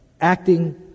acting